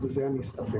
בזה אני אסתפק.